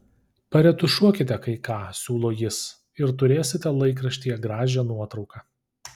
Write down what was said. paretušuokite kai ką siūlo jis ir turėsite laikraštyje gražią nuotrauką